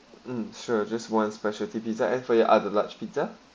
mm sure just one specialty pizza and for your other large pizza